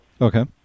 Okay